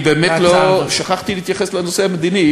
אני באמת לא, שכחתי להתייחס לנושא המדיני.